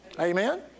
Amen